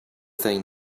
thing